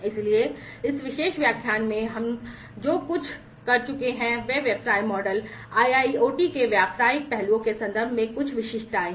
इसलिए इस विशेष व्याख्यान में हम जो कुछ कर चुके हैं वह व्यवसाय मॉडल IIoT के व्यावसायिक पहलुओं के संदर्भ में कुछ विशिष्टताएं हैं